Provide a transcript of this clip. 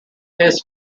his